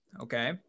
Okay